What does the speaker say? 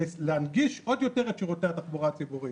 להנגיש עוד יותר את שירותי התחבורה הציבורית.